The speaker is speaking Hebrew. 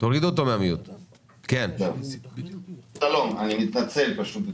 אני מתנצל.